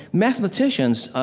mathematicians, ah,